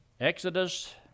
Exodus